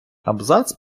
абзац